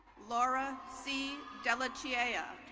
laura c. dalichieya.